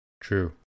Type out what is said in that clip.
true